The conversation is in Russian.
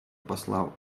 посла